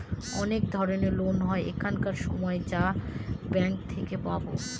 অনেক ধরনের লোন হয় এখানকার সময় যা ব্যাঙ্কে থেকে পাবো